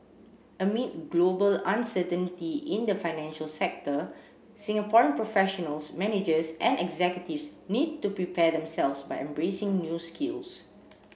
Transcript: amid global uncertainty in the financial sector Singaporean professionals managers and executives need to prepare themselves by embracing new skills